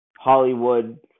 Hollywood